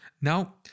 Now